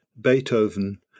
Beethoven